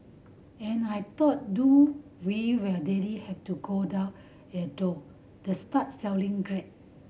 and I thought do we really have to go down to start selling grade